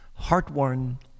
heartworn